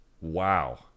Wow